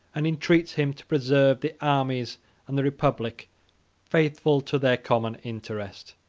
and entreats him to preserve the armies and the republic faithful to their common interest.